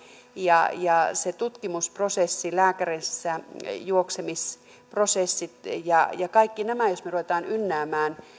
ja ja se tutkimusprosessi lääkärissäjuoksemisprosessit ja ja kaikki nämä jos me rupeamme ynnäämään